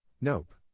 Nope